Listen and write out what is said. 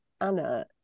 Anna